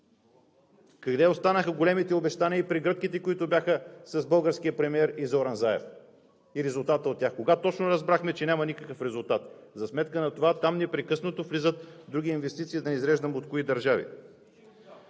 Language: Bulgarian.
Къде останаха големите обещания и прегръдките, които бяха между българския премиер и Зоран Заев, и резултатът от тях? Кога точно разбрахме, че няма никакъв резултат? За сметка на това там непрекъснато влизат други инвестиции, да не изреждам от кои държави.